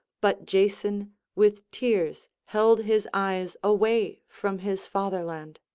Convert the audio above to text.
but jason with tears held his eyes away from his fatherland.